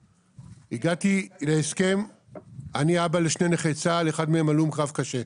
אני אבא לשני נכי צה"ל, אחד מהם הלום קרב קשה,